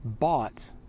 bought